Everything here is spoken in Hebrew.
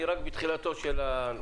אני רק בתחילתו של הנושא,